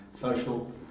social